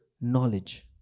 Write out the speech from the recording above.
knowledge